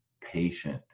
patient